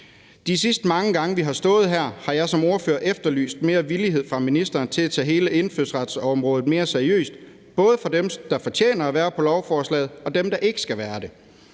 De sidste mange gange, vi har stået her, har jeg som ordfører efterlyst mere villighed fra ministeren til at tage hele indfødsretsområdet mere seriøst, både for dem, der fortjener at være på lovforslaget, og for dem, der ikke skal være der.